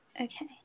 Okay